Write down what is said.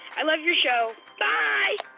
i love your show, bye